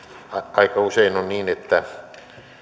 aika usein on niin että